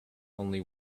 only